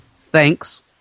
thanks